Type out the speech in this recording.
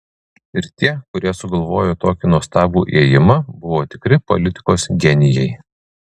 ir tie kurie sugalvojo tokį nuostabų ėjimą buvo tikri politikos genijai